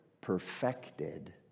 perfected